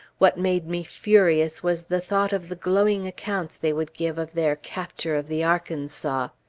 what made me furious was the thought of the glowing accounts they would give of their capture of the arkansas!